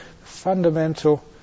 fundamental